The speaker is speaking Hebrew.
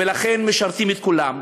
ולכן משרתים את כולם.